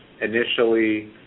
Initially